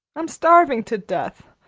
i'm starving to death.